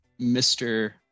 Mr